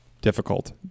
difficult